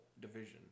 division